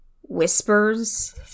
whispers